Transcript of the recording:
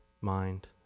mind